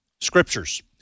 scriptures